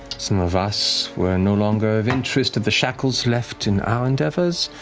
some of us were no longer of interest of the shackles left in our endeavors.